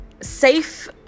safe